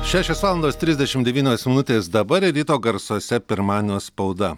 šešios valandos trisdešim devynios minutės dabar ryto garsuose pirmadienio spauda